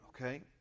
okay